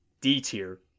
D-tier